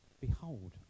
behold